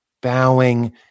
bowing